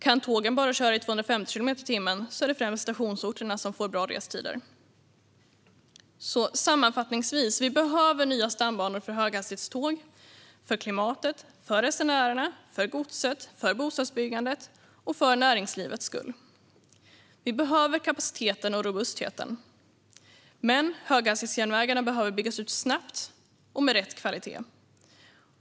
Kan tågen bara köra i 250 kilometer i timmen är det främst människor som reser från stationsorterna som får bra restider. Sammanfattningsvis: Vi behöver nya stambanor för höghastighetståg för klimatets, för resenärernas, för godsets, för bostadsbyggandets och för näringslivets skull. Vi behöver kapaciteten och robustheten. Höghastighetsjärnvägarna behöver byggas ut snabbt och med rätt kvalitet.